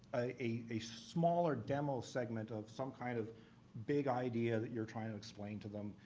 a smaller demo segment of some kind of big idea that you're trying to explain to them.